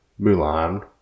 Mulan